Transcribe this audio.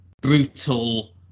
brutal